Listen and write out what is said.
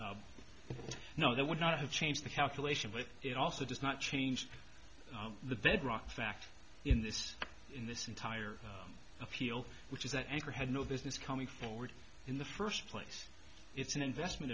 know they would not have changed the calculation but it also does not change the bedrock fact in this in this entire appeal which is that anchor had no business coming forward in the first place it's an investment